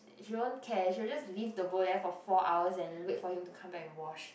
she won't care she will just leave the bowl there for four hours and wait for him to come back and wash